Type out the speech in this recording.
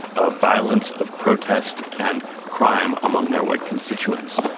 of violence, of protest and crime among their white constituents.